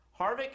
Harvick